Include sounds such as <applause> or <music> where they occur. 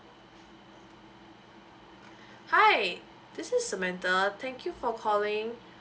<breath> hi this is samantha thank you for calling <breath>